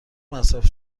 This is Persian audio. مصرف